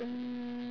um